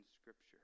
Scripture